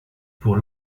pour